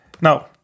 Now